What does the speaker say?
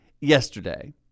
yesterday